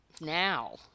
Now